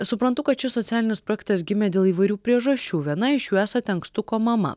suprantu kad šis socialinis projektas gimė dėl įvairių priežasčių viena iš jų esate ankstuko mama